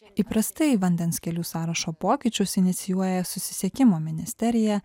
įprastai vandens kelių sąrašo pokyčius inicijuoja susisiekimo ministerija